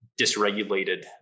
dysregulated